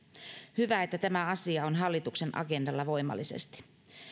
hyvä että tämä asia on hallituksen agendalla voimallisesti